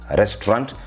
restaurant